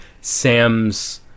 Sam's